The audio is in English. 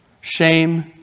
Shame